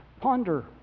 ponder